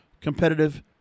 competitive